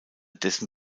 dessen